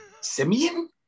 Simeon